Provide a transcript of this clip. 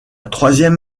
troisième